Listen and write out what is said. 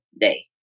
day